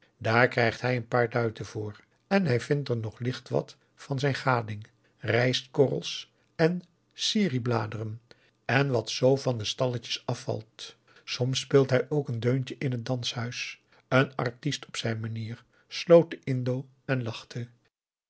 daar krijgt hij dan een paar duiten voor en hij vindt er nog licht wat van zijn gading rijst korrels en sirih blaren en wat zoo van de stalletjes afvalt soms speelt hij ook een deuntje in het danshuis een artist op zijn manier sloot de indo en lachte